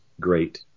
great